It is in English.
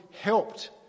helped